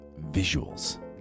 visuals